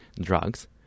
drugs